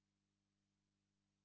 Дякую.